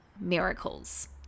miracles